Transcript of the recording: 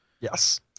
Yes